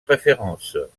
préférences